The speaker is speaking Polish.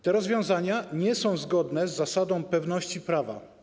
Te rozwiązania nie są zgodne z zasadą pewności prawa.